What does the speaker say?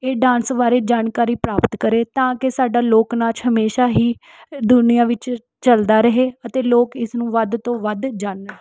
ਇਹ ਡਾਂਸ ਬਾਰੇ ਜਾਣਕਾਰੀ ਪ੍ਰਾਪਤ ਕਰੇ ਤਾਂ ਕਿ ਸਾਡਾ ਲੋਕ ਨਾਚ ਹਮੇਸ਼ਾ ਹੀ ਦੁਨੀਆ ਵਿੱਚ ਚੱਲਦਾ ਰਹੇ ਅਤੇ ਲੋਕ ਇਸ ਨੂੰ ਵੱਧ ਤੋਂ ਵੱਧ ਜਾਨਣ